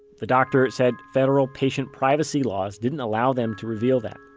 the doctor said federal patient privacy laws didn't allow them to reveal that